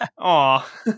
Aw